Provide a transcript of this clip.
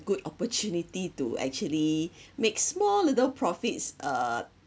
good opportunity to actually make small little profits uh